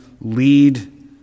lead